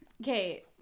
okay